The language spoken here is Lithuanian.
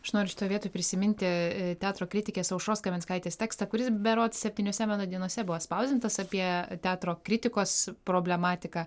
aš noriu šioj vietoj prisiminti teatro kritikės aušros kaminskaitės tekstą kuris berods septyniose meno dienose buvo spausdintas apie teatro kritikos problematiką